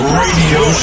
radio